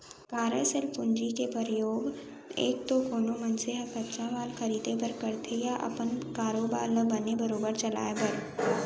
कारयसील पूंजी के परयोग एक तो कोनो मनसे ह कच्चा माल खरीदें बर करथे या अपन कारोबार ल बने बरोबर चलाय बर